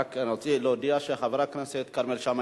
רק רציתי להודיע שחבר הכנסת כרמל שאמה